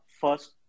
first